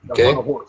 Okay